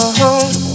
home